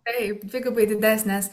taip dvigubai didesnės